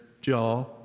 jaw